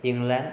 England